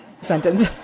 sentence